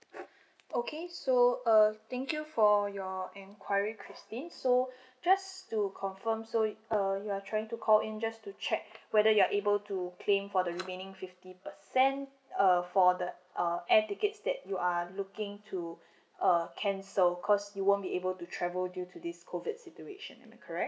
okay so uh thank you for your enquiry christine so just to confirm so uh you are trying to call in just to check whether you're able to claim for the remaining fifty percent uh for the uh air tickets that you are looking to err cancel cause you won't be able to travel due to this COVID situation correct